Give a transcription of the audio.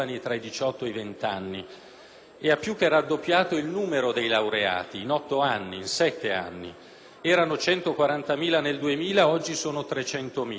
e ha più che raddoppiato il numero dei laureati in sette anni: da 140.000 nel 2000, oggi sono 300.000.